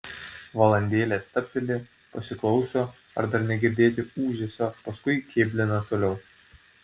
valandėlę stabteli pasiklauso ar dar negirdėti ūžesio paskui kėblina toliau